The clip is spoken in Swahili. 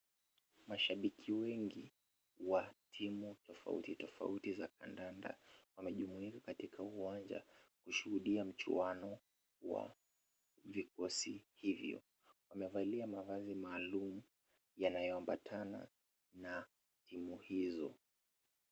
Mashabiki wengi wa timu tofauti tofauti za kandanda, wamejumuika katika uwanja, kushuhudia mchuano wa vikosi hivyo. Wamevalia mavazi maalum yanayoambatana na timu hizo.